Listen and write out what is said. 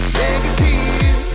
negative